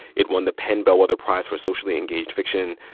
it won the pen bellwether prize for socially engaged fiction.